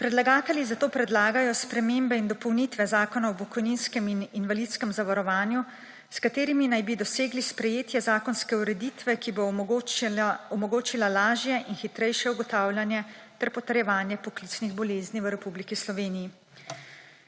Predlagatelji zato predlagajo spremembe in dopolnitve Zakona o pokojninskem in invalidskem zavarovanju, s katerimi naj bi dosegli sprejetje zakonske ureditve, ki bo omogočila lažje in hitrejše ugotavljanje ter potrjevanje poklicnih bolezni v Republiki Sloveniji.